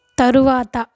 తరువాత